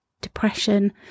depression